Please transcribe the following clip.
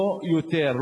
לא יותר.